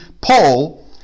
Paul